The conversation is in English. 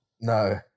No